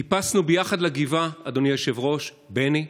טיפסנו ביחד לגבעה, אדוני היושב-ראש, בני.